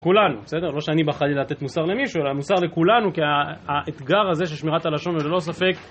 כולנו, בסדר? לא שאני בחרתי לתת מוסר למישהו, אלא מוסר לכולנו, כי האתגר הזה, של שמירת הלשון, וללא ספק.